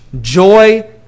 joy